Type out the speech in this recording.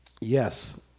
Yes